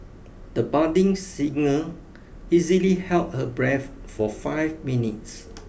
the budding singer easily held her breath for five minutes